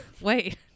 wait